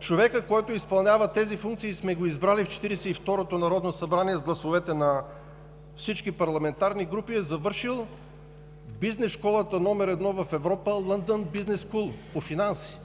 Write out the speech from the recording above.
човекът, който изпълнява тези функции и сме го избрали в Четиридесет и второто народно събрание с гласовете на всички парламентарни групи, е завършил Бизнес школата номер едно в Европа „Ландън бизнес Коул“ по финанси;